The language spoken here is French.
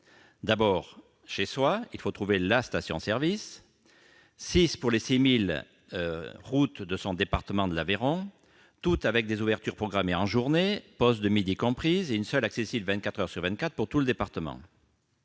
D'abord, chez soi, il faut trouver la station-service : 6 pour les 6 000 routes du département de l'Aveyron, toutes avec des ouvertures programmées en journée, pause de midi comprise, et une seule accessible 24 heures sur 24 pour tout le département.